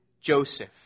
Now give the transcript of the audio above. Joseph